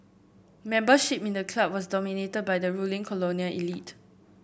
membership in the club was dominated by the ruling colonial elite